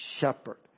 shepherd